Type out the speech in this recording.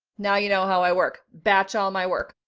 now you know how i work batch all my work.